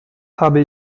habe